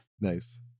nice